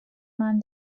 man